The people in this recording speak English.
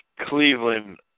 Cleveland